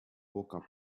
woke